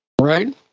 Right